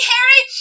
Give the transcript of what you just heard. Harry